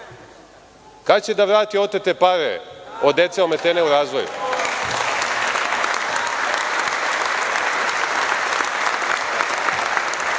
kada će vrati da otete pare od dece ometene u razvoju?